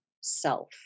self